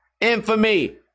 infamy